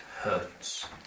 hurts